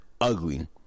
ugly